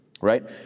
Right